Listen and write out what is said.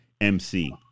MC